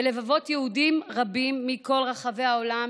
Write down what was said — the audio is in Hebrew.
בלבבות יהודים רבים מכל רחבי העולם,